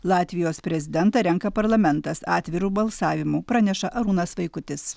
latvijos prezidentą renka parlamentas atviru balsavimu praneša arūnas vaikutis